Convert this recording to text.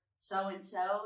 so-and-so